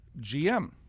GM